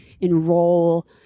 enroll